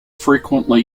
frequently